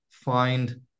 find